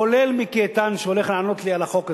כולל מיקי איתן שהולך לענות לי על החוק הזה.